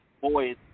boys